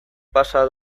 pasa